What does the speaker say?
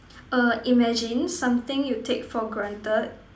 err imagine something you take for granted